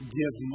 give